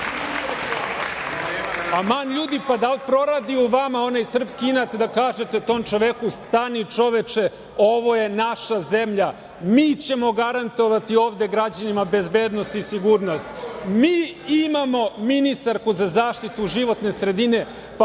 ljudi, pa da li proradi u vama onaj srpski inat da kažete tom čoveku – stani, čoveče, ovo je naša zemlja, mi ćemo garantovati ovde građanima bezbednost i sigurnost? Mi imamo ministarku za zaštitu životne sredine. Pa